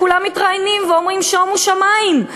כולם מתראיינים ואומרים: שומו שמים,